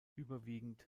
überwiegend